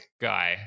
guy